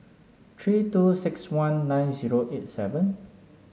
three two six one nine zero eight seven